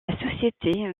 société